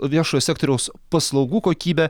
viešojo sektoriaus paslaugų kokybė